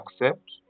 Accept